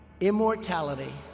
Immortality